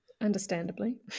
understandably